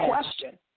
question